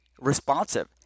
responsive